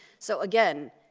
so again,